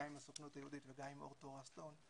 גם עם הסוכנות היהודית וגם עם אור תורה סטון,